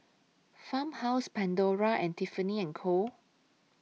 Farmhouse Pandora and Tiffany and Co